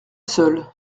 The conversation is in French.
seule